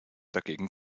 dagegen